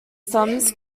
sums